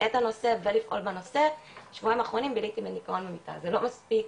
את הנושא ולפעול בנושא, זה לא מספיק,